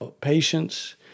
patience